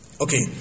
Okay